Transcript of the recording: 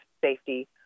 safety